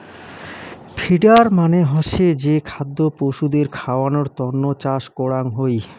feeder মানে হসে যে খাদ্য পশুদের খাওয়ানোর তন্ন চাষ করাঙ হই